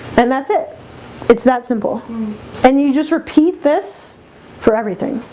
and that's it it's that simple and you just repeat this for everything